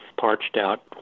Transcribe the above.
parched-out